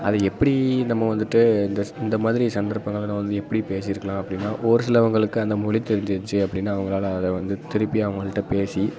அது எப்படி நம்ம வந்துட்டு இந்த ஸ் இந்த மாதிரி சந்தர்ப்பங்களை நான் வந்து எப்படி பேசிருக்கலாம் அப்படின்னா ஒரு சிலவர்களுக்கு அந்த மொழி தெரிஞ்சிருந்துச்சி அப்படின்னா அவங்களால அதை வந்து திருப்பியும் அவங்கள்ட்ட பேசி